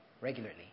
regularly